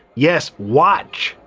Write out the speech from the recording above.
yes, watch!